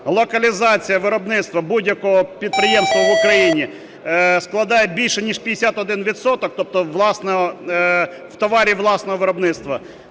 локалізація виробництва будь-якого підприємства в Україні складає більше ніж 51 відсоток, тобто товарів власного виробництва,